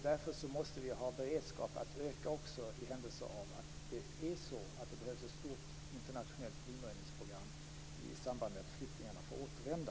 Därför måste vi har beredskap att öka för den händelse att det behövs ett stort internationellt minröjningsprogram i samband med att flyktingarna får återvända.